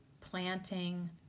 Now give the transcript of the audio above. planting